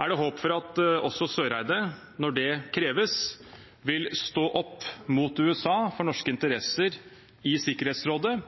Er det håp for at også Søreide, når det kreves, vil stå opp mot USA for norske interesser i Sikkerhetsrådet?